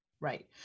right